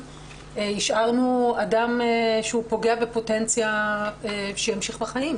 השארנו אדם שהוא פוגע בפוטנציה שימשיך בחיים.